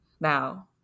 now